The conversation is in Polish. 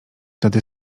tedy